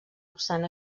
obstant